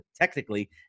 technically